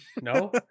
No